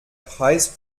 preis